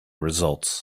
results